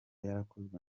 yarakozwe